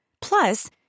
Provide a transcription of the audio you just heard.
Plus